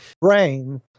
brain